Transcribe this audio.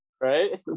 Right